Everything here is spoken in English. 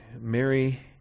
Mary